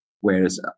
whereas